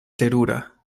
terura